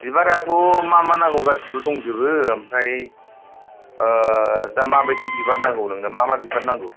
बिबाराथ' मा मा नांगौ गासैबो दंजोबो ओमफ्राय दा माबायदि बिबार नांगौ नोंनो मा मा बिबार नांगौ